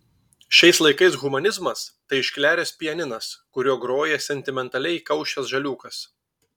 šiais laikais humanizmas tai iškleręs pianinas kuriuo groja sentimentaliai įkaušęs žaliūkas